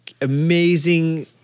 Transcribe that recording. amazing